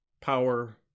power